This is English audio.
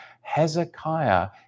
Hezekiah